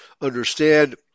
understand